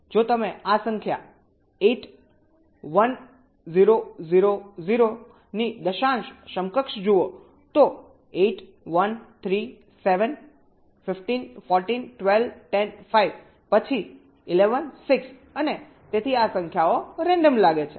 જો તમે આ સંખ્યા 8 1 0 0 0 ની દશાંશ સમકક્ષ જુઓ તો 8 1 3 7 15 14 12 10 5 પછી 11 6 અને તેથી આ સંખ્યાઓ રેન્ડમ લાગે છે